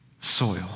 soil